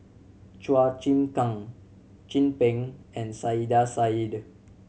Chua Chim Kang Chin Peng and Saiedah Said